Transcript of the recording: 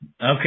Okay